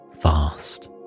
fast